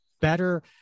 better